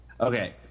Okay